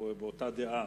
באותה דעה,